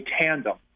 tandem